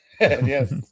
Yes